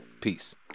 Peace